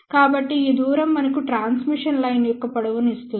కాబట్టి ఈ దూరం మనకు ట్రాన్స్మిషన్ లైన్ యొక్క పొడవును ఇస్తుంది